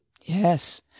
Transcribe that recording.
Yes